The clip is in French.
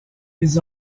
ils